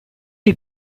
you